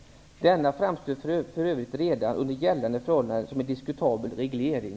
Denna framstår f.ö. redan under gällande förhållanden som en diskutabel reglering.''